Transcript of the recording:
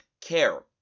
care